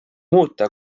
muuta